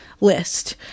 list